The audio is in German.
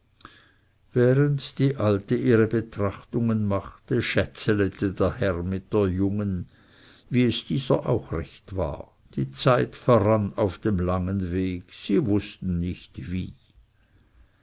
während die alte ihre betrachtungen machte schätzelete der herr mit der jungen wie es dieser auch recht war die zeit verrann auf dem langen weg sie wußten nicht wie